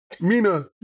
Mina